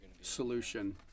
solution